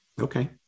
Okay